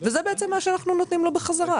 וזה בעצם מה שאנחנו נותנים לו בחזרה,